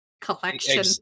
collection